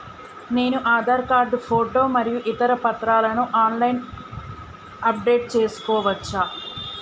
నేను Aadhaar card photo మరియు ఇతర పత్రాలను ఆన్ లైన్ అప్ డెట్ చేసుకోవచ్చా?